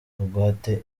bugwate